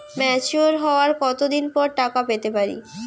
Mature হওয়ার কত দিন পর টাকা পেতে পারি?